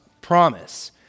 promise